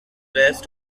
rest